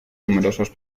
numerosos